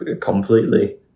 completely